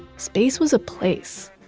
space was a place.